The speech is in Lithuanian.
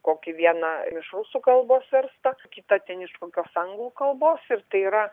kokį vieną iš rusų kalbos verstą kitą ten iš kokios anglų kalbos ir tai yra